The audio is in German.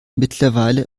mittlerweile